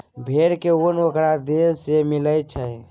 भेड़ के उन ओकरा देह से मिलई छई